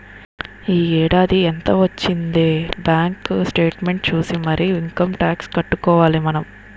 ఈ ఏడాది ఎంత వొచ్చిందే బాంకు సేట్మెంట్ సూసి మరీ ఇంకమ్ టాక్సు కట్టుకోవాలి మనం